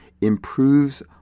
improves